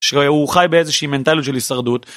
שהוא חי באיזושהי מנטליות של הישרדות.